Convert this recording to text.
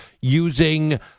using